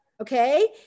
Okay